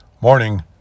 Morning